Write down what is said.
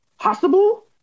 possible